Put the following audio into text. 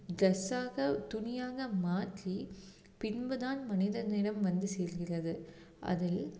டிரெஸ்ஸாக துணியாக மாற்றி பின்பு தான் மனிதர்களிடம் வந்து சேர்கிறது அதில்